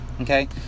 okay